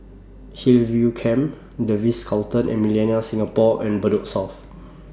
Hillview Camp The Ritz Carlton and Millenia Singapore and Bedok South